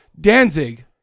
Danzig